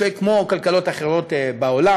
שכמו כלכלות אחרות בעולם